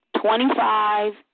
twenty-five